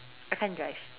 I can't drive